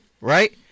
Right